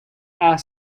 are